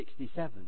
1967